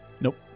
Nope